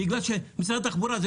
בגלל שזה לא בוער למשרד התחבורה?